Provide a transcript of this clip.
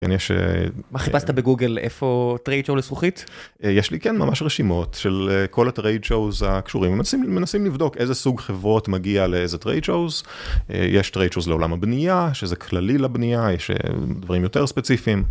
מה חיפשת בגוגל איפה טרייד שואו לזכוכית? יש לי כן ממש רשימות של כל הטרייד שואו הקשורים, מנסים לבדוק איזה סוג חברות מגיע לאיזה טרייד שואו, יש טרייד שואו לעולם הבנייה שזה כללי לבנייה. יש דברים יותר ספציפיים.